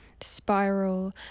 spiral